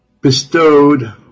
bestowed